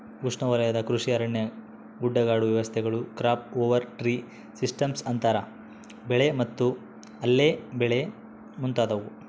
ಉಷ್ಣವಲಯದ ಕೃಷಿ ಅರಣ್ಯ ಗುಡ್ಡಗಾಡು ವ್ಯವಸ್ಥೆಗಳು ಕ್ರಾಪ್ ಓವರ್ ಟ್ರೀ ಸಿಸ್ಟಮ್ಸ್ ಅಂತರ ಬೆಳೆ ಮತ್ತು ಅಲ್ಲೆ ಬೆಳೆ ಮುಂತಾದವು